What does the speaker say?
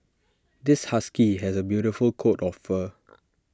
this husky has A beautiful coat of fur